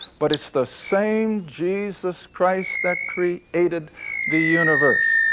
but its the same jesus christ that created the universe.